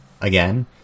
again